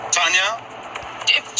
Tanya